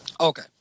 Okay